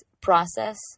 process